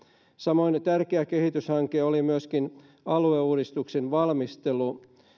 samoin tärkeä kehityshanke oli alueuudistuksen valmistelu